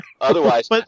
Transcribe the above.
Otherwise